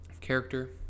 character